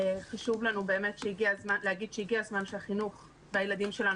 חשוב לנו להגיד שהגיע הזמן שהחינוך והילדים שלנו